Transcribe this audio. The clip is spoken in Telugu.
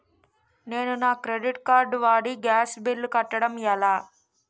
నేను నా క్రెడిట్ కార్డ్ వాడి గ్యాస్ బిల్లు కట్టడం ఎలా?